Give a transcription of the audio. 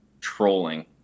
trolling